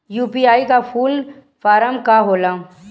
UPI का full form का होला?